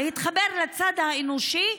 להתחבר לצד האנושי,